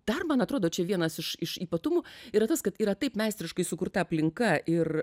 dar man atrodo čia vienas iš iš ypatumų yra tas kad yra taip meistriškai sukurta aplinka ir